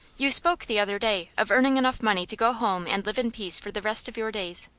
you spoke, the other day, of earning enough money to go home and live in peace for the rest of your days.